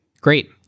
Great